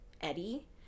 Eddie